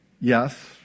Yes